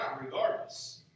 regardless